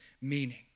meaning